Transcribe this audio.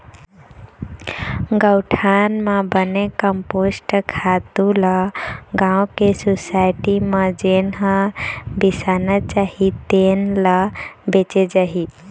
गउठान म बने कम्पोस्ट खातू ल गाँव के सुसायटी म जेन ह बिसाना चाही तेन ल बेचे जाही